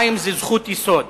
יסוד,